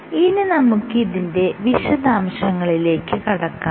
ഇനി നമുക്ക് ഇതിന്റെ വിശദാംശങ്ങളിലേക്ക് കടക്കാം